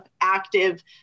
active